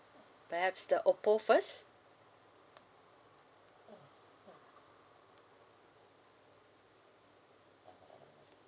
perhaps the oppo first